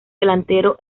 delantero